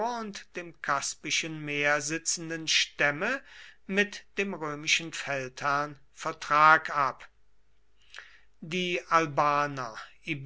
und dem kaspischen meer sitzenden stämme mit dem römischen feldherrn vertrag ab die albaner